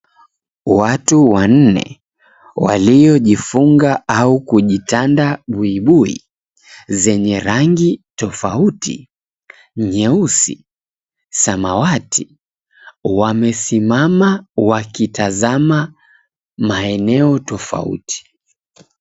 Watu wanne waliojifunga au kujitanda buibui zenye rangi tofauti, nyeusi, samawati, wamesimama wakitazama maeneo tofauti.